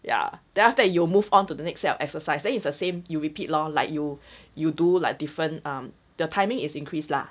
ya then after that you'll move onto the next set of exercise then is the same you repeat lor like you you do like different um the timing is increase lah